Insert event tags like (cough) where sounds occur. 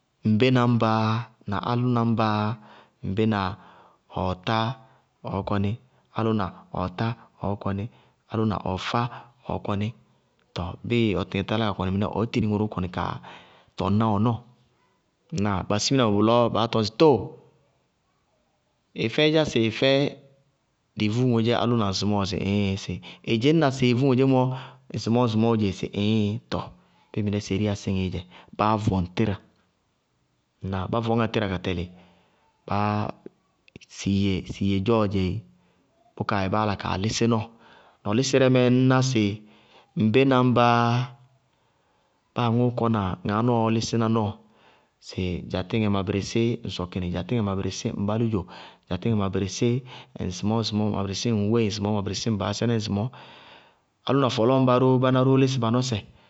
Ŋbéna ŋba na álʋna ŋba, ŋbéna ɔɔtá ɔɔ kɔní, álʋna ɔɔtá ɔɔ kɔní, álʋna ɔɔfá ɔɔ kɔní. Tɔɔ bíɩ ɔ tɩtɩŋɛ tá yálá ka kɔnɩ mɩnɛ, ɔɔ tiri ŋʋrʋʋ kɔnɩ kaa tɔŋná ɔnɔɔ (hesitation) ba simina mɛ bʋlɔɔ baá tɔñ sɩ tóo, ɩ fɛ ídzá sɩ ɩ fɛ dɩɩvú ŋodzé álʋna ŋsɩmɔɔɔ? Sɩ ɩíɩɩɩŋ! Sɩ ɩ dzɩñna sɩ ɩɩvú ŋodzémɔ, ŋsɩmɔɔ ŋsɩmɔɔ dzé? Sɩ ɩíɩɩɩŋ! Tɔɔ bíɩ mɩnɛ seriya síŋɩí dzɛ, báá vɔŋ tíra, ŋnáa? Bá vɔñŋá tíra ka tɛlɩ, siiye dzɔɔ dzɛéé, bʋkaa yɛ, báá la kaa lísí nɔɔ. Nɔlísɩrɛ mɛɛ ŋñná sɩ ŋbéna ñbaá báa aŋkʋʋ kɔna ŋaá nɔɔ ɔ wáana kaa lísína nɔɔ sɩ dza tíŋɛ ma bɩrɩssí ŋ sɔkɩnɩ, dza tíŋɛ ma bɩrɩssí ŋ bálúdzó dza tíŋɛ ma bɩrɩssí ŋ ŋsɩmɔɔ ŋsɩmɔɔ ma bɩrɩssí ŋŋwéyi ŋsɩmɔɔ, ma bɩrɩssí ŋ baásɛnɛ ŋsɩmɔɔ. Álʋna fɔlɔɔ ñba róó báná róó lísɩ ba nɔsɛ.